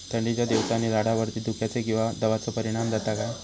थंडीच्या दिवसानी झाडावरती धुक्याचे किंवा दवाचो परिणाम जाता काय?